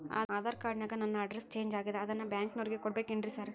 Aadhaar card ನ್ಯಾಗ ನನ್ address change ಆಗ್ಯಾದ ಅದನ್ನ ಬ್ಯಾಂಕಿನೊರಿಗೆ ಕೊಡ್ಬೇಕೇನ್ರಿ ಸಾರ್?